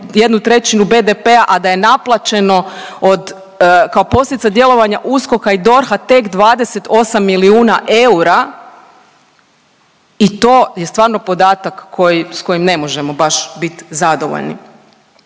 na 1/3 BDP-a, a da je naplaćeno od, kao posljedica djelovanja USKOK—a i DORH-a tek 28 milijuna eura i to je stvarno podatak koji, s kojim ne možemo baš biti zadovoljni.